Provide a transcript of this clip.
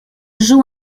joue